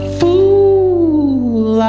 fool